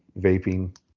vaping